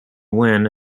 win